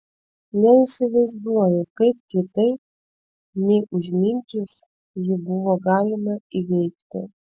neįsivaizduoju kaip kitaip nei užmigdžius jį buvo galima įveikti